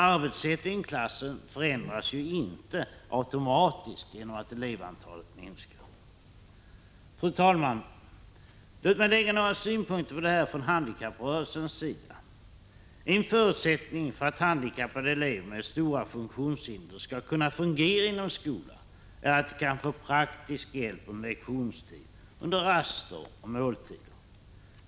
Arbetssättet i klassen förändras ju inte automatiskt 30 april 1986 genom att elevantalet minskar. Fru talman! Låt mig anlägga några synpunkter på detta ärende från handikapprörelsens sida. En förutsättning för att handikappade elever med stora funktionshinder skall kunna fungera inom skolan är att de kan få praktisk hjälp under lektionstid, under raster och måltider.